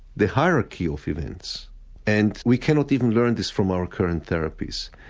the hierarchy of events and we cannot even learn this from our current therapies.